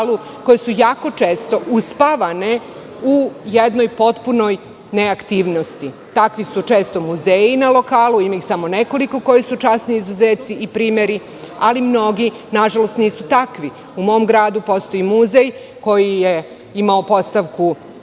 koje su jako često uspavane u jednoj potpunoj neaktivnosti. Takvi su često muzeji na lokalu. Ima ih samo nekoliko koji su izuzeci i primeri, ali mnogi nisu takvi. U mom gradu postoji muzej koji je imao 40